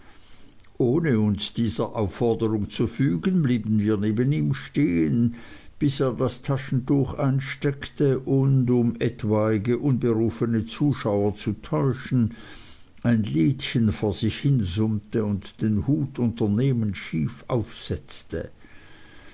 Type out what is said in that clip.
ohne uns dieser aufforderung zu fügen blieben wir neben ihm stehen bis er das taschentuch einsteckte und um etwaige unberufene zuschauer zu täuschen ein liedchen vor sich hinsummte und den hut unternehmend schief aufsetzte